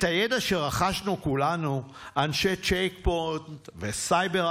את הידע שרכשנו כולנו, אנשי צ'ק פונט וסייברארק,